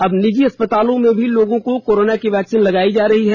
अब निजी अस्पतालों में भी लोगों को कोरोना की वैक्सीन लगायी जा रही है